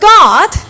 God